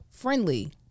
friendly